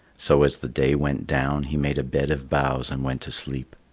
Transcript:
so as the day went down, he made a bed of boughs and went to sleep.